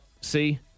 See